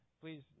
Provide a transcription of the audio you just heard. please